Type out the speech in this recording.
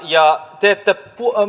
ja teette